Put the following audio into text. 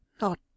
Not